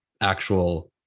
actual